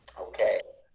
okay,